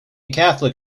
catholic